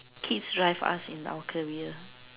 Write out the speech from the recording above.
kids drive us in our career